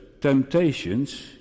temptations